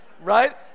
Right